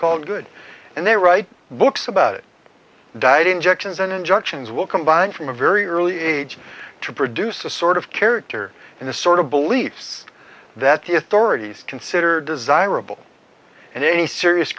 called good and they write books about it diet injections and injections will combine from a very early age to produce a sort of character in the sort of beliefs that the authorities consider desirable and any serious